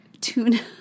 Tuna